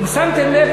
אם שמתם לב,